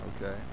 okay